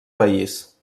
país